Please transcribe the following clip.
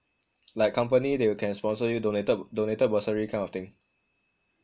like company they will can sponsor you donated donated bursary kind of thing